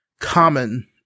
common